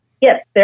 Yes